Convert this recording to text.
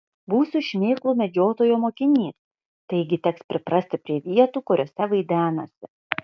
būsiu šmėklų medžiotojo mokinys taigi teks priprasti prie vietų kuriose vaidenasi